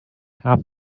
have